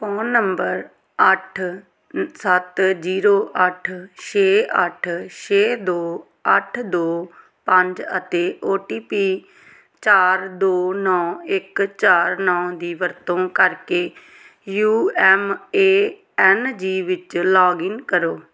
phone number ਅੱਠ ਸੱਤ zero ਅੱਠ ਛੇ ਅੱਠ ਛੇ ਦੋ ਅੱਠ ਦੋ ਪੰਜ ਅਤੇ ਓ ਟੀ ਪੀ ਚਾਰ ਦੋ ਨੌਂ ਇੱਕ ਚਾਰ ਨੌਂ ਦੀ ਵਰਤੋਂ ਕਰਕੇ U M A N G ਵਿੱਚ ਲੌਗਇਨ ਕਰੋ